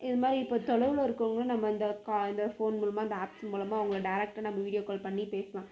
இது மாதிரி இப்போ தொலைவில் இருக்கிறவுங்கள நம்ம இந்த இந்த ஃபோன் மூலமாக இந்த ஆப்ஸ் மூலமாக அவங்கள டேரக்டாக நம்ம வீடியோ கால் பண்ணி பேசலாம்